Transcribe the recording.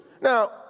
Now